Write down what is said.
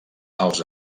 els